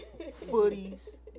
footies